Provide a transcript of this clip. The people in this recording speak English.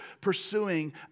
pursuing